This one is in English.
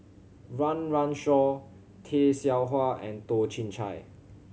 Run Run Shaw Tay Seow Huah and Toh Chin Chye